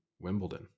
Wimbledon